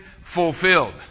fulfilled